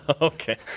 Okay